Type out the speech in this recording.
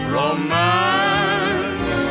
romance